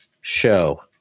show